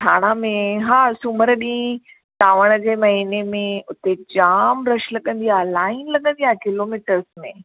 थाणा में हा सूमरु ॾींहुं सावण जे महिने में उते जाम रश लॻंदी आहे लाइन लॻंदी आहे किलोमीटर्स में